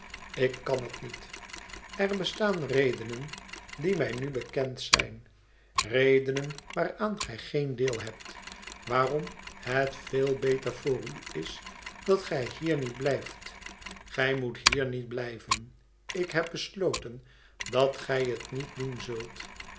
ik kan het niet er bestaan redenen die mij nu bekend zijn redenen waaraan gij geen deel hebt waarom het veel beter voor u is dat gij hier niet blijft gij moet hier niet blijven ik heb besloten dat gij het niet doen zult